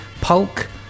pulk